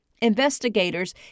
Investigators